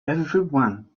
everyone